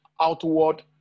outward